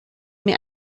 mir